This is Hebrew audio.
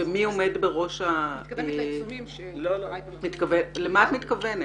מי עומד בראש --- היא מתכוונת לעיצומים --- למה את מתכוונת?